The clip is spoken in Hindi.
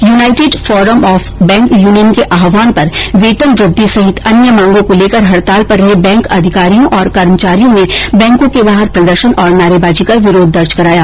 United forum of bank union के आहवान पर वेतन वृद्धि सहित अन्य मांगों को लेकर हड़ताल पर रहे बैंक अधिकारियों और कर्मचारियों ने बैंकों के बाहर प्रदर्शन और नारेबाजी कर विरोध दर्ज कराया